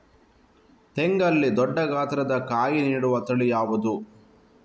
ತೆಂಗಲ್ಲಿ ದೊಡ್ಡ ಗಾತ್ರದ ಕಾಯಿ ನೀಡುವ ತಳಿ ಯಾವುದು?